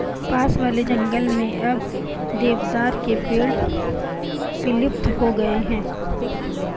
पास वाले जंगल में अब देवदार के पेड़ विलुप्त हो गए हैं